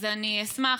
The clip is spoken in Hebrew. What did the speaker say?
אז אני אשמח,